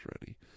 ready